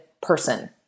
person